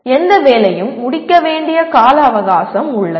எந்த வேலையும் முடிக்க வேண்டிய கால அவகாசம் உள்ளது